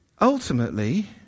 ultimately